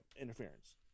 Interference